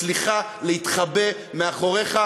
מצליחות להתחבא מאחוריך.